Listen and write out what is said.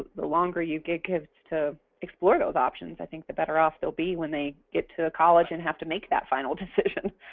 the longer you get kids to explore those options i think the better of they'll be when they get to college and have to make that final decision.